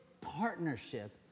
partnership